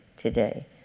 Today